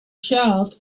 shelved